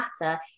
matter